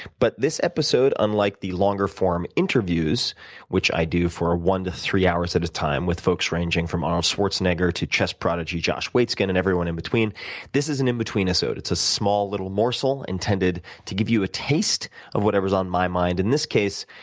but this episode, unlike the longer form interviews which i do for ah one to three hours at a time with folks ranging from arnold schwarzenegger to chess prodigy josh waitzkin and everyone in between this is an in-between-isode. it's a small little morsel intended to give you a taste of whatever's on my mind. in this case,